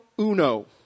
uno